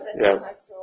Yes